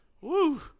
Woo